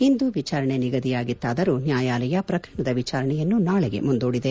ಇಂದು ವಿಚಾರಣೆ ನಿಗದಿಯಾಗಿತ್ತಾದರೂ ನ್ಹಾಯಾಲಯ ಪ್ರಕರಣದ ವಿಚಾರಣೆಯನ್ನು ನಾಳಿಗೆ ಮುಂದೂಡಿದೆ